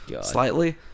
slightly